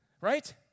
right